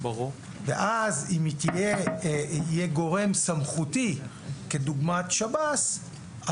ואז אם יהיה גורם סמכותי כדוגמת שב"ס,